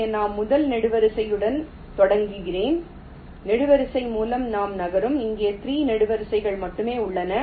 இங்கே நாம் முதல் நெடுவரிசையுடன் தொடங்குகிறோம் நெடுவரிசை மூலம் நாம் நகரும் இங்கே 3 நெடுவரிசைகள் மட்டுமே உள்ளன